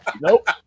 Nope